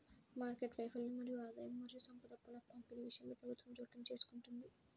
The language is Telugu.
మార్కెట్ వైఫల్యం మరియు ఆదాయం మరియు సంపద పునఃపంపిణీ విషయంలో ప్రభుత్వం జోక్యం చేసుకుంటుంది